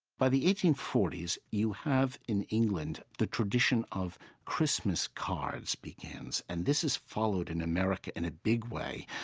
by the eighteen forty s, you have in england the tradition of christmas cards begins, and this is followed in america in a big way.